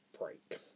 break